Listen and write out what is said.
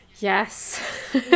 Yes